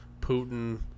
Putin